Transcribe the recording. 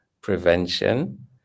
prevention